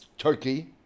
Turkey